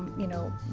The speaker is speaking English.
you know,